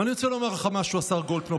ואני רוצה לומר לך משהו, השר גולדקנופ.